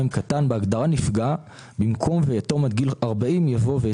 בהגדרה "נפגע" במקום "ויתום עד גיל 40"